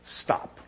stop